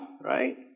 Right